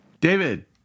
David